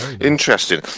interesting